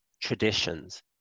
traditions